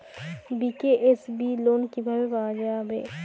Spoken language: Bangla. বি.কে.এস.বি লোন কিভাবে পাওয়া যাবে?